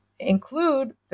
include